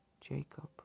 Jacob